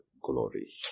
glory